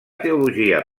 teologia